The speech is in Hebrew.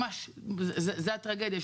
ממש זו הטרגדיה,